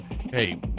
hey